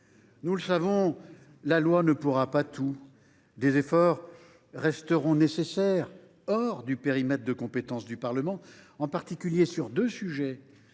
Nous le savons, la loi ne pourra pas tout. Des efforts resteront nécessaires hors du périmètre de compétences du Parlement, en particulier sur deux sujets.